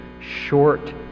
short